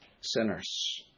sinners